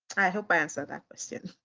i hope i answered that question.